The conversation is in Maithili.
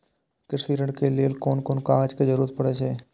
कृषि ऋण के लेल कोन कोन कागज के जरुरत परे छै?